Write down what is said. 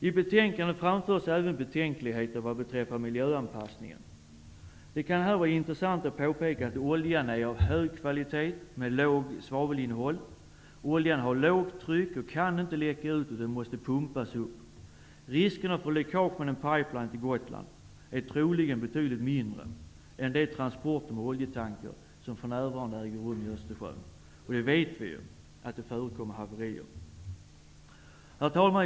I betänkandet framförs även betänkligheter beträffande miljöanpassningen. Det kan vara intressant att här påpeka att oljan är av hög kvalitet med lågt svavelinnehåll. Den har lågt tryck och kan inte läcka ut. Den måste pumpas upp. Riskerna för läckage med en pipeline till Gotland är troligen betydligt mindre än riskerna med de transporter med oljetanker som för närvarande äger rum i Östersjön. Vi vet ju att det förekommer haverier. Herr talman!